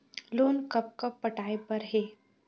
Loan कब कब पटाए बर हे?